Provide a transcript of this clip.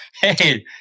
Hey